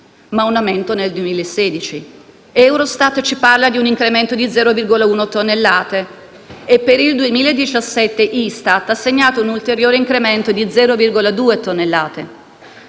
ma un aumento nel 2016. Eurostat ci parla di un incremento di 0,1 tonnellate e per il 2017 l'ISTAT ha segnato un ulteriore incremento di 0,2 tonnellate.